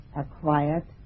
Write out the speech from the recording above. acquired